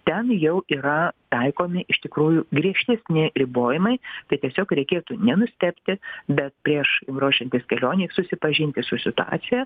ten jau yra taikomi iš tikrųjų griežtesni ribojimai tai tiesiog reikėtų nenustebti bet prieš ruošiantis kelionei susipažinti su situacija